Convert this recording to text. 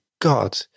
God